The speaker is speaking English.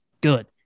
good